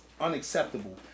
unacceptable